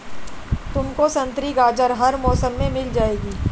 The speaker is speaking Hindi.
तुमको संतरी गाजर हर मौसम में मिल जाएगी